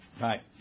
Right